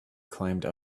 climbed